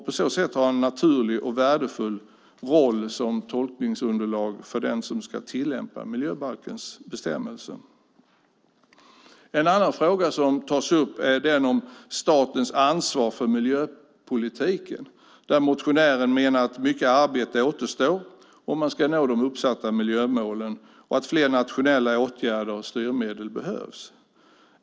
På så sätt har de en naturlig och värdefull roll som tolkningsunderlag för den som ska tillämpa miljöbalkens bestämmelser. En annan fråga som tas upp är den om statens ansvar för miljöpolitiken. Motionären menar att mycket arbete återstår om man ska nå de uppsatta miljömålen och att fler nationella åtgärder och styrmedel behövs.